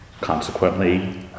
consequently